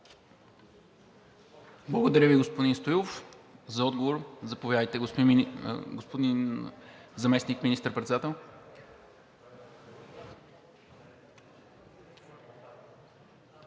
Благодаря Ви, господин Стоилов. За отговор – заповядайте, господин Заместник министър-председател.